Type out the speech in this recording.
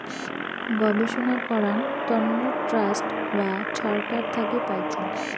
গবেষণা করাং তন্ন ট্রাস্ট বা ছরকার থাকি পাইচুঙ